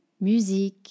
musique